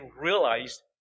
realized